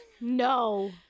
No